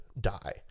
die